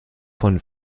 von